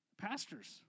Pastors